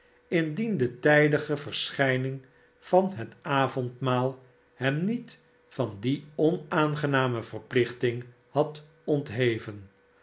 indien de tijdige verschijning van het avondmaal hem niet van die onaangename verplichting had ontheven